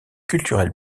culturel